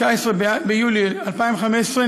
19 ביולי 2015,